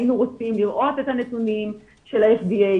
היינו רוצים לראות את הנתונים של ה-FDA,